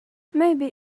maybe